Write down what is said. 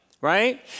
right